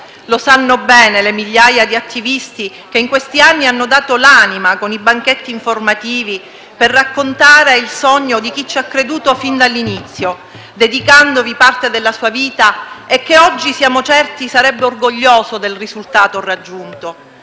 Lo sanno bene le migliaia di attivisti che in questi anni hanno dato l'anima con i banchetti informativi per raccontare il sogno di chi ci ha creduto fin dall'inizio, dedicandovi parte della sua vita e che oggi siamo certi sarebbe orgoglioso del risultato raggiunto;